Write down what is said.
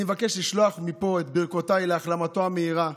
אני מבקש לשלוח מפה את ברכותיי להחלמתו המהירה.